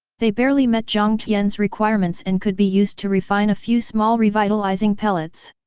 they barely met jiang tian's requirements and could be used to refine a few small revitalizing pellets.